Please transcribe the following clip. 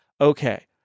okay